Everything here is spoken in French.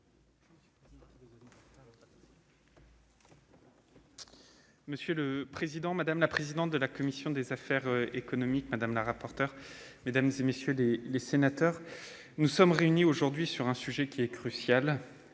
Monsieur le président, madame la présidente de la commission des affaires économiques, madame la rapporteure, mesdames, messieurs les sénateurs, nous sommes réunis aujourd'hui autour d'un sujet crucial